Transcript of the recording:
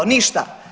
Ništa.